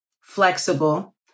flexible